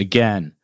Again